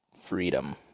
freedom